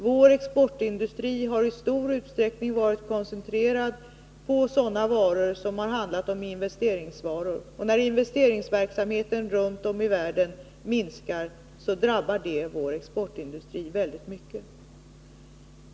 Vår exportindustri har i stor utsträckning varit koncentrerad på investeringsvaror, och när investeringsverksamheten runt om i världen minskar drabbar det vår exportindustri hårt.